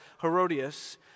Herodias